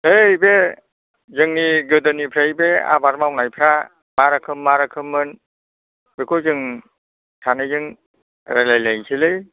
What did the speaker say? नै बे जोंनि गोदोनिफ्राय बे आबाद मावनायफ्रा मारोखोम मारोखोममोन बेखौ जों सानैजों रायज्लाय लायसै